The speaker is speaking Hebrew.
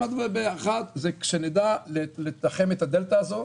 אחת, שנדע לתחם את הדלתא הזאת,